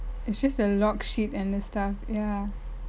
it's just a log sheet and stuff